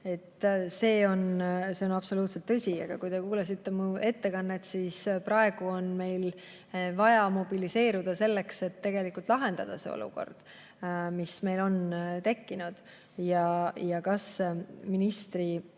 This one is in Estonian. See on absoluutselt tõsi. Kui te kuulasite mu ettekannet, siis praegu on meil vaja mobiliseeruda selleks, et lahendada see olukord, mis meil on tekkinud. Kas ministri